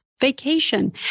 vacation